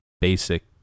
basic